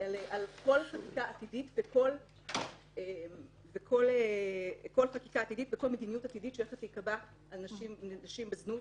כל חקיקה עתידית וכל מדיניות עתידית שהולכת להיקבע על נשים בזנות.